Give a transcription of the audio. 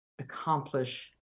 accomplish